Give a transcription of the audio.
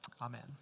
Amen